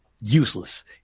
useless